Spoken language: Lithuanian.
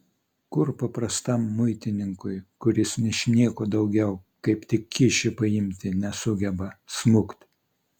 kur paprastam muitininkui kuris ničnieko daugiau kaip tik kyšį paimti nesugeba smukt